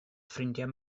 ffrindiau